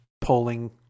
polling